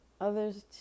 others